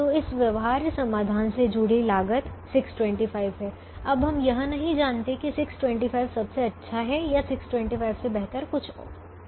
तो इस व्यवहार्य समाधान से जुड़ी लागत 625 है अब हम यह नहीं जानते हैं कि 625 सबसे अच्छा है या 625 से बेहतर कुछ है